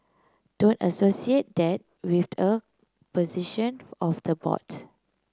don't associate that with a position of the board